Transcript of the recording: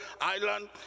Island